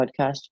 podcast